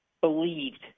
believed